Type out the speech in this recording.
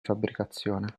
fabbricazione